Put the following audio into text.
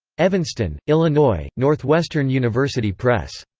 evanston, illinois northwestern university press.